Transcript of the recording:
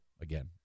again